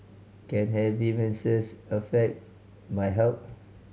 can heavy menses affect my health